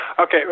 Okay